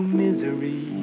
misery